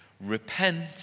repent